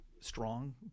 strong